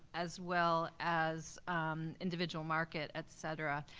as well as individual market, et cetera.